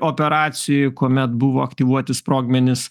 operacijoj kuomet buvo aktyvuoti sprogmenys